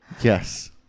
Yes